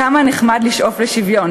כמה נחמד לשאוף לשוויון.